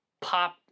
pop